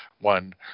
one